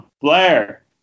Blair